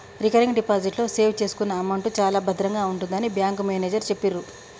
recurring deposit లో save చేసుకున్న amount చాలా భద్రంగా ఉంటుందని బ్యాంకు మేనేజరు చెప్పిర్రు